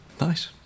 Nice